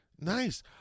Nice